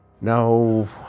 No